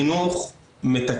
כל